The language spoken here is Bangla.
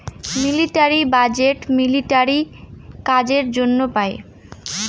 মিলিটারি বাজেট মিলিটারি কাজের জন্য পাই